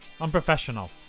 Unprofessional